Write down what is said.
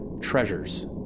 treasures